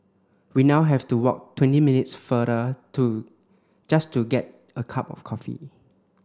we now have to walk twenty minutes farther to just to get a cup of coffee